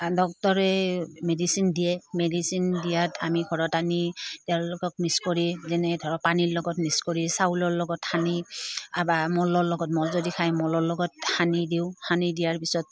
ডাক্তৰে মেডিচিন দিয়ে মেডিচিন দিয়াত আমি ঘৰত আনি তেওঁলোকক মি্স কৰি যেনে ধৰক পানীৰ লগত মিক্স কৰি চাউলৰ লগত সানি বা মলৰ লগত মল যদি খাই মলৰ লগত সানি দিওঁ সানি দিয়াৰ পিছত